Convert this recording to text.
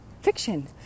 fiction